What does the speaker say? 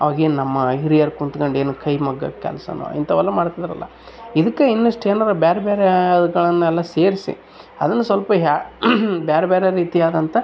ಅವಾಗೇನು ನಮ್ಮ ಹಿರಿಯರು ಕುತ್ಕೊಂಡ್ ಏನು ಕೈಮಗ್ಗ ಕೆಲ್ಸನೋ ಇಂಥವೆಲ್ಲ ಮಾಡ್ತಿದ್ರಲ್ಲ ಇದಕ್ಕೆ ಇನ್ನಿಷ್ಟು ಏನಾರ ಬೇರೆ ಬೇರೆಗಳನ್ನೆಲ್ಲ ಸೇರಿಸಿ ಅದನ್ನು ಸ್ವಲ್ಪ ಹ್ಯಾ ಬೇರ್ ಬೇರೆ ರೀತಿ ಆದಂಥ